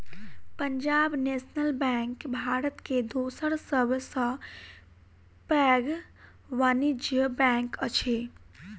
Punjab national bank Bharat के दोसर सब सॅ पैघ वाणिज्य बैंक अछि